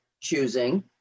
choosing